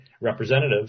representative